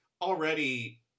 already